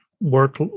work